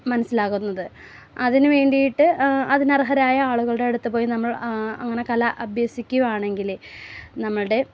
മനസ്സിലാകുന്നത് അതിനു വേണ്ടിയിട്ട് അതിനർഹരായ ആളുകളുടെ അടുത്ത് പോയി നമ്മൾ അങ്ങനെ കലാ അഭ്യസിക്കുവാണെങ്കിൽ നമ്മളുടെ